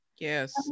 Yes